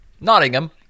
Nottingham